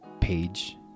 page